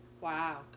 wow